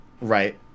right